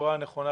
בצורה נכונה,